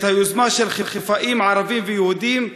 את היוזמה של חיפאים ערבים ויהודים,